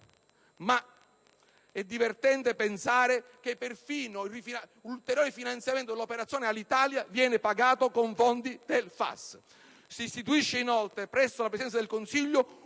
ma è divertente pensare che perfino l'ulteriore finanziamento dell'operazione Alitalia viene pagata con fondi del FAS. Si istituisce, inoltre, presso la Presidenza del Consiglio,